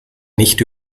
nicht